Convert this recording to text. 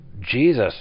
Jesus